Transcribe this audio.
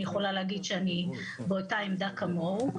יכולה להגיד שאני באותה עמדה כמוהו.